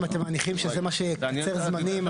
אם אתם מניחים שזה מה שיקצר זמנים,